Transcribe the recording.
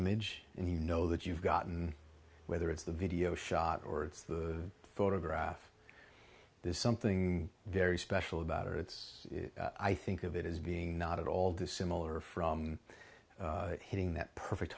image and you know that you've gotten whether it's the video shot or it's the photograph there's something very special about it it's i think of it as being not at all dissimilar from hitting that perfect